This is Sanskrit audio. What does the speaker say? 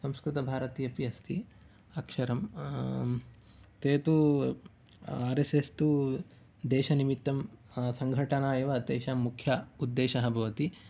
संस्कृतभारती अपि अस्ति अक्षरं ते तु आर् एस् एस् तु देशनिमित्तं संघटना एव तेषां मुख्य उद्देशः भवति